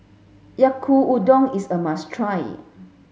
Yaki Udon is a must try